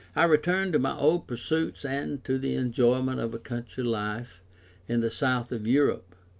i returned to my old pursuits and to the enjoyment of a country life in the south of europe,